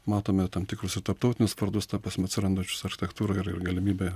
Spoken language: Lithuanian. matome tam tikrus ir tarptautinius vardus ta prasme atsirandančius architektūroj ir ir galimybę